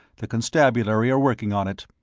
the constabulary are working on it.